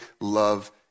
love